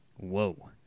whoa